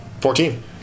Fourteen